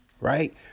right